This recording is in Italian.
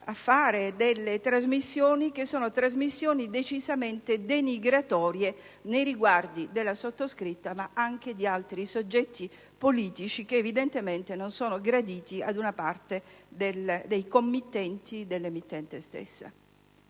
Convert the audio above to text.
rispondere, continua a fare trasmissioni decisamente denigratorie nei riguardi della sottoscritta, ma anche di altri soggetti politici che evidentemente non sono graditi ad una parte dei committenti dell'emittente stessa.